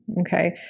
Okay